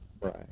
Right